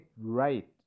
right